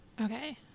Okay